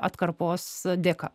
atkarpos dėka